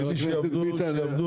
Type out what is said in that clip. מצדי שיעבדו עד מאוחר.